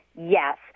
yes